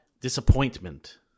disappointment